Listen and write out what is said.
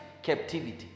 captivity